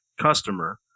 customer